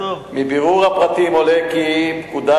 חנייה מסוכנת